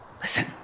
Listen